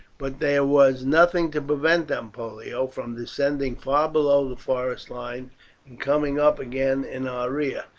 but there was nothing to prevent them, pollio, from descending far below the forest line and coming up again in our rear.